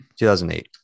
2008